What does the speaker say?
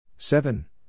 Seven